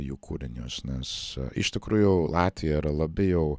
jų kūrinius nes iš tikrųjų latvija yra labai jau